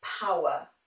Power